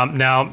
um now